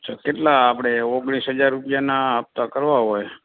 અચ્છા કેટલા આપણે ઓગણીસ હજાર રૂપિયાના હપ્તા કરવા હોય